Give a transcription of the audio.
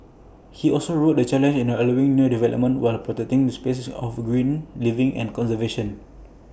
he also wrote the challenge in allowing new development while protecting spaces of green living and conservation